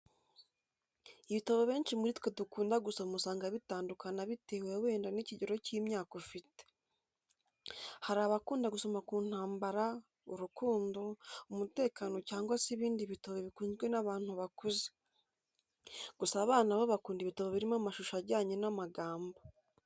Ibitabo benshi muri twe dukunda gusoma usanga bitandukana bitewe wenda n'ikigero cy'imyaka ufite. Hari abakunda gusoma ku ntambara, urukundo, umutekano cyangwa se ibindi bitabo bikunzwe n'abantu bakuze. Gusa abana bo bakunda ibitabo birimo amashusho ajyanye n'amagambo.